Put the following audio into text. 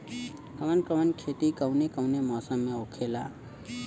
कवन कवन खेती कउने कउने मौसम में होखेला?